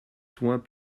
soins